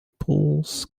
pulls